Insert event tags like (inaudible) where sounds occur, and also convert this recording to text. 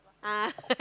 ah (laughs)